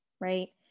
right